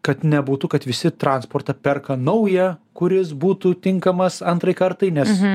kad nebūtų kad visi transportą perka naują kuris būtų tinkamas antrai kartai nes